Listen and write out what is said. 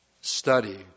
study